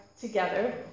together